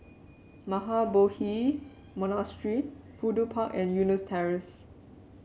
Mahabodhi Monastery Fudu Park and Eunos Terrace